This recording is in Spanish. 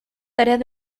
tareas